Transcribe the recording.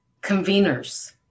conveners